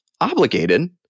obligated